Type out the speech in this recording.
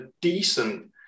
decent